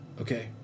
okay